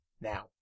Now